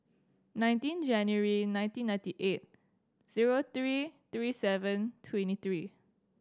nineteen January nineteen ninety eight zero three three seven twenty three